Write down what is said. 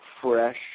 fresh